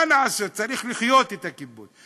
מה לעשות, צריך לחיות את הכיבוד.